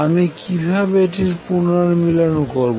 আমি কিভাবে এটির পুনর্মিলন করব